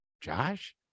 Josh